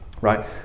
right